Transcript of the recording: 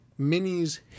Minis